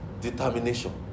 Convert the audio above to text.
determination